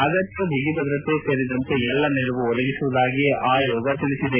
ಅಗತ್ಯ ಬಿಗಿಭದ್ರತೆ ಸೇರಿದಂತೆ ಎಲ್ಲಾ ನೆರವು ಒದಗಿಸುವುದಾಗಿ ಆಯೋಗ ತಿಳಿಸಿದೆ